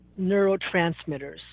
neurotransmitters